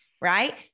right